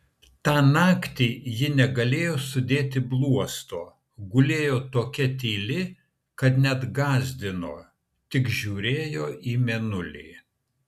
tą naktį ji negalėjo sudėti bluosto gulėjo tokia tyli kad net gąsdino tik žiūrėjo į mėnulį